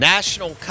National